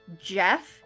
Jeff